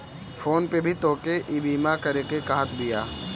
phone पे भी तोहके ईबीमा करेके कहत बिया